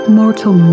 mortal